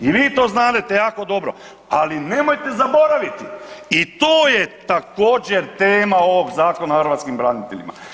I vi to znadete jako dobro ali nemojte zaboraviti i to je također tema ovog Zakona o hrvatskim braniteljima.